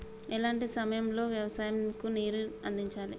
ఎలాంటి సమయం లో వ్యవసాయము కు నీరు అందించాలి?